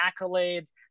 accolades